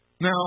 Now